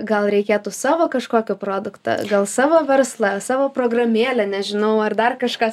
gal reikėtų savo kažkokio produkto gal savo verslą savo programėlę nežinau ar dar kažką